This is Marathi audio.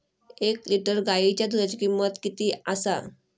एक लिटर गायीच्या दुधाची किमंत किती आसा?